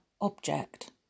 object